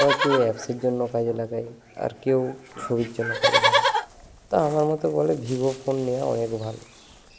আবার কেউ অ্যাপসের জন্য কাজে লাগায় আর কেউ ছবির জন্য কাজে লাগায় তা আমার মতো বলে ভিভো ফোন নেওয়া অনেক ভালো